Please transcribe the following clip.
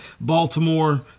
Baltimore